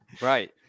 right